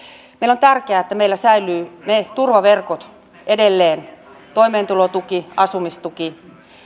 on tärkeää että meillä säilyvät ne turvaverkot edelleen toimeentulotuki asumistuki